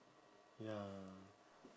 ya